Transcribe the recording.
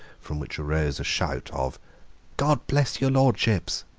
from which arose a shout of god bless your lordships.